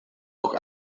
auch